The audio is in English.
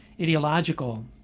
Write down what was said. ideological